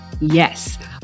Yes